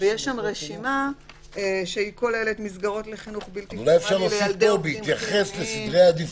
ויש שם רשימה שכוללת מסגרות לחינוך בלתי פורמלי לילדי עובדים חיוניים